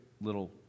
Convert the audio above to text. little